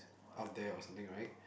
up there or something right